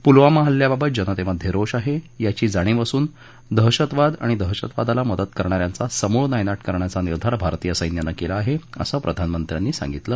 प्लवामा हल्ल्याबाबत जनतेमधे रोष आहे याची जाणीव असून दहशतवाद आणि दहशतवादाला मदत करणा यांचा समूळ नायनाट करण्याचा निर्धार भारतीय सैन्यानं केला आहे असं प्रधानमंत्र्यांनी सांगितलं